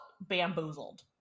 bamboozled